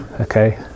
Okay